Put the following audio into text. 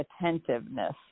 attentiveness